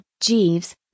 Jeeves